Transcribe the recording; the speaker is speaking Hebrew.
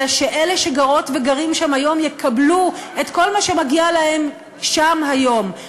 אלא שאלה שגרות וגרים שם היום יקבלו את כל מה שמגיע להם שם היום,